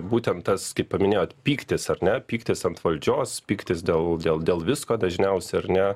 būtent tas kaip paminėjot pyktis ar ne pyktis ant valdžios pyktis dėl dėl dėl visko dažniausia ar ne